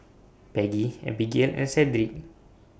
Peggie Abigayle and Sedrick